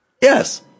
Yes